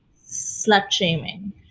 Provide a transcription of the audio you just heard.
slut-shaming